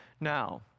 Now